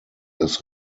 dass